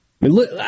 look